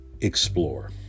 explore